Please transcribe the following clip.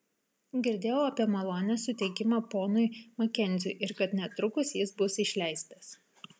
girdėjau apie malonės suteikimą ponui makenziui ir kad netrukus jis bus išleistas